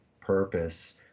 purpose